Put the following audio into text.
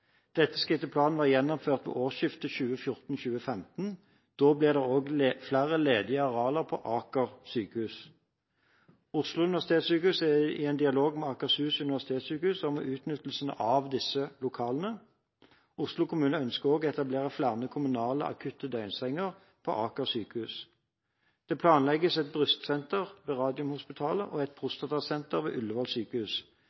Dette skal etter planen være gjennomført ved årsskiftet 2014–2015. Da blir det ledige arealer på Aker sykehus. Oslo universitetssykehus er i dialog med Akershus universitetssykehus om utnyttelse av disse lokalene. Oslo kommune ønsker også å etablere flere kommunale akutte døgnsenger på Aker sykehus. Det planlegges et brystsenter ved Radiumhospitalet og et